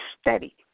steady